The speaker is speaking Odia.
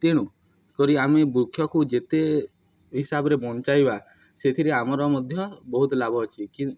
ତେଣୁ କରି ଆମେ ବୃକ୍ଷକୁ ଯେତେ ହିସାବରେ ବଞ୍ଚାଇବା ସେଥିରେ ଆମର ମଧ୍ୟ ବହୁତ ଲାଭ ଅଛି